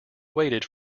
waited